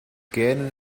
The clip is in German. gähnen